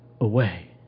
away